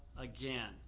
again